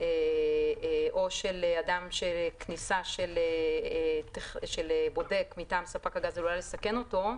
או שכניסה של בודק מטעם ספק הגז עלולה לסכן אותו,